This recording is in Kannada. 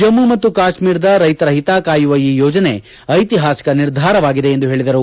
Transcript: ಜಮ್ಮ ಮತ್ತು ಕಾತ್ಮೀರದ ರೈತರ ಓತ ಕಾಯುವ ಈ ಯೋಜನೆ ಐತಿಹಾಸಿಕ ನಿರ್ಧಾರವಾಗಿದೆ ಎಂದು ಹೇಳಿದರು